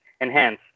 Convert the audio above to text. enhance